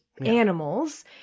animals